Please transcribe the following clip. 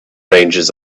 ranges